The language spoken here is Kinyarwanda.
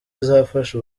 izafasha